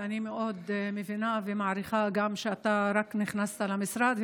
ואני מאוד מבינה ומעריכה גם שאתה רק נכנסת למשרד,